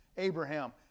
Abraham